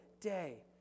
day